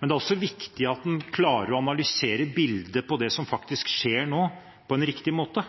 men det er også viktig at en klarer å analysere bildet av det som faktisk skjer nå, på en riktig måte.